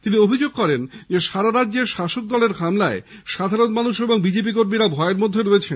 তিনি অভিযোগ করেন সারা রাজ্যে শাসকদলের আক্রমণে সাধারণ মানুষ ও বিজেপি কর্মীরা ভয়ের মধ্যে রয়েছেন